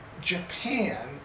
Japan